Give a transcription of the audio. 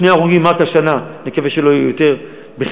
שני הרוגים רק השנה, נקווה שלא יהיו יותר בכלל.